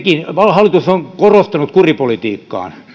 hallitus on korostanut kuripolitiikkaa tämä